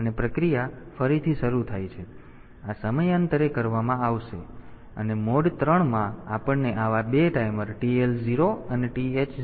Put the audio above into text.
તેથી આ સમયાંતરે કરવામાં આવશે અને મોડ 3 માં આપણને આવા 2 ટાઈમર TL 0 અને TH 0 મળ્યા છે